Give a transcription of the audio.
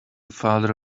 father